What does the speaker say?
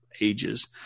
ages